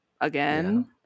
again